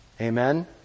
Amen